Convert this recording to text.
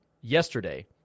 yesterday